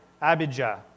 Abijah